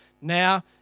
now